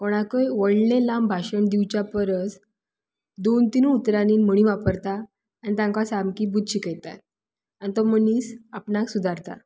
कोणाकय व्हडलें लांब भाशण दिवच्या परस दोन तिनच उतरांनी म्हणी वापरता आनी तांकां सामकी बूध शिकयता आनी तो मनीस आपणाक सुदारता